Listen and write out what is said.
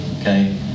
Okay